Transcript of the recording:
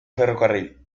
ferrocarril